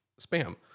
spam